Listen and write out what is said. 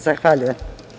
Zahvaljujem.